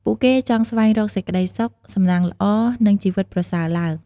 ពួកគេចង់ស្វែងរកសេចក្ដីសុខ សំណាងល្អ និងជីវិតប្រសើរឡើង។